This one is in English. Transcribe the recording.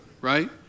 right